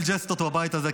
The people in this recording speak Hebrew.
ג'סטות בבית הזה,